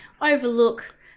overlook